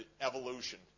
evolution